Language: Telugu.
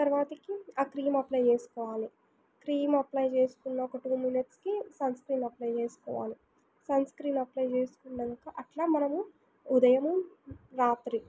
తర్వాతకి ఆ క్రీమ్ అప్లై చేసుకోవాలి క్రీమ్ అప్లై చేసుకున్న ఒక టూ మినిట్స్కి సన్ స్క్రీన్ అప్లై చేసుకోవాలి సన్ స్క్రీన్ అప్లై చేసుకున్నంక అట్లా మనము ఉదయము రాత్రి